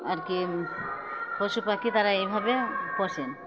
আর কি পশু পাখি তারা এই ভাবে পোষেন